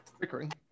bickering